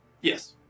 Yes